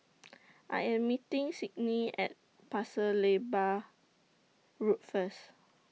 I Am meeting Cydney At Pasir Laiba Road First